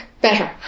better